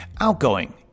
Outgoing